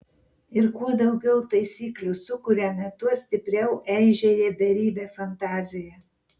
ir kuo daugiau taisyklių sukuriame tuo stipriau eižėja beribė fantazija